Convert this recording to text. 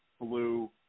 Blue